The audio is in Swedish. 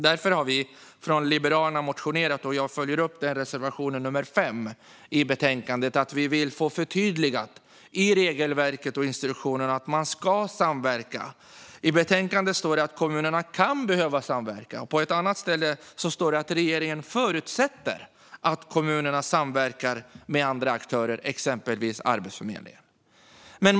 Därför har vi i Liberalerna motionerat, och jag följer upp vår reservation nummer 5 i betänkandet. Vi vill få det förtydligat i regelverket och instruktionen att man ska samverka. I betänkandet står att kommunerna kan behöva samverka. På ett annat ställe står det att regeringen förutsätter att kommunerna samverkar med andra aktörer, exempelvis Arbetsförmedlingen.